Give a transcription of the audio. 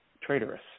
traitorous